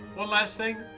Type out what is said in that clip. one last thing,